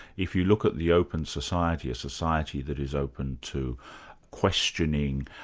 if you look at the open society, a society that is open to questioning,